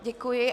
Děkuji.